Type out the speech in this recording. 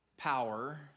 power